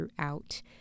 throughout